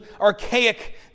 archaic